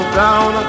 down